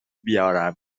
بیارم